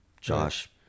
Josh